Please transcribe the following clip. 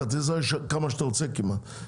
בכרטיסי האשראי, כמה שאתה רוצה כמעט.